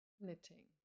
knitting